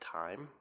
time